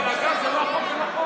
אלעזר, זה לא החוק הנכון.